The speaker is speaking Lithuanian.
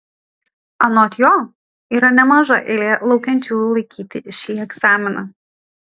anot jo yra nemaža eilė laukiančiųjų laikyti šį egzaminą